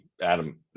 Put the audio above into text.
adam